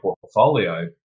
portfolio